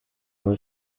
mpa